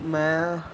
ਮੈਂ